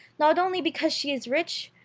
not only because she is rich,